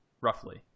roughly